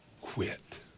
quit